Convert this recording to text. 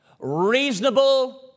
reasonable